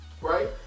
right